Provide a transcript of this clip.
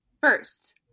First